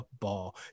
ball